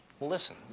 Listen